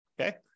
okay